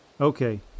Okay